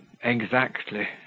Exactly